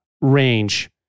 range